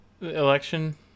election